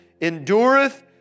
endureth